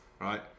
right